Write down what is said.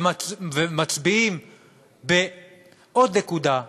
ומצביעים בעוד נקודה,